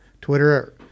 twitter